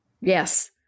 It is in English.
yes